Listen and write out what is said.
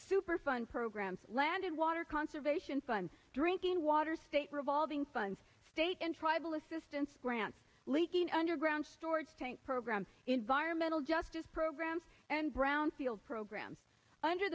superfund programs land and water conservation fund drinking water state revolving funds state in tribal assistance grants leaking underground storage tank programs environmental justice programs and brownfield programs under